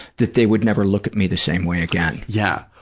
that they would never look at me the same way again. yeah.